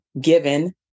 given